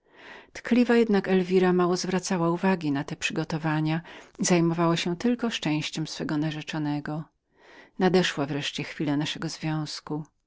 tkliwa jednak elwira mało zwracała uwagi na te przygotowania i zajmowała się tylko szczęściem swego narzeczonego nadeszła wreszcie chwila naszego związku